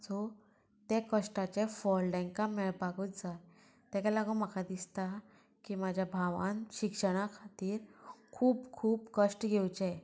so ते कश्टाचे फळ तेंका मेळपाकूच जाय तेका लागून म्हाका दिसता की म्हाज्या भावान शिक्षणा खातीर खूब खूब कश्ट घेवचे